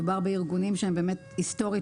מדובר בארגונים שהם באמת היסטורית,